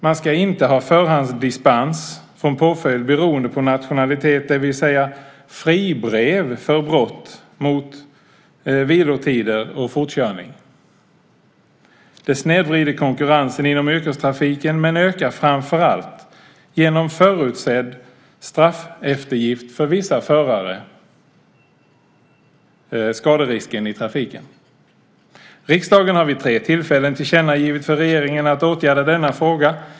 Man ska inte ha förhandsdispens från påföljd beroende på nationalitet, det vill säga fribrev för brott mot vilotider och fortkörning. Det snedvrider konkurrensen inom yrkestrafiken men ökar framför allt genom förutsedd straffeftergift för vissa förare skaderisken i trafiken. Riksdagen har vid tre tillfällen tillkännagivit för regeringen att åtgärda denna fråga.